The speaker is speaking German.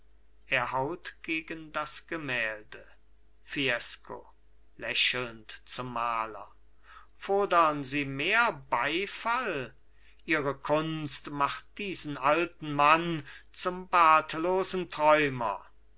er haut gegen das gemälde fiesco lächelnd zum maler fodern sie mehr beifall ihre kunst macht diesen alten mann zum bartlosen träumer